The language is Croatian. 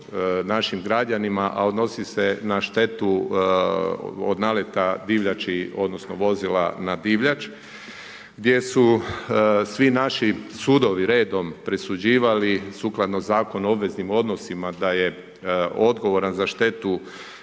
našom građanima a odnosi se na štetu od naleta divljači odnosno vozila na divljač, gdje su svi naši sudovi redom presuđivali sukladno Zakonu o obveznim odnosima da je odgovoran za štetu